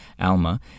ALMA